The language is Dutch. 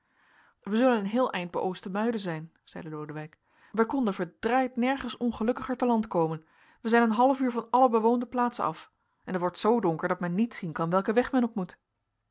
wij zullen een heel eind beoosten muiden zijn zeide lodewijk wij konden verd nergens ongelukkiger te land komen wij zijn een half uur van alle bewoonde plaatsen af en het wordt zoo donker dat men niet zien kan welken weg men